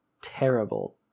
terrible